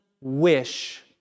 wish